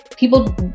People